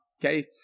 Okay